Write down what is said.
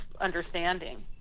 understanding